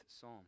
psalm